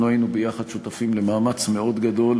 אנחנו היינו שותפים יחד למאמץ מאוד גדול